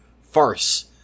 farce